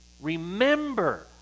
remember